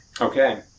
Okay